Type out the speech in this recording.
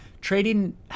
Trading